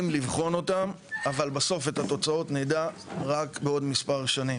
אותם, אבל בסוף את התוצאות נדע רק בעוד מספר שנים.